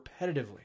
repetitively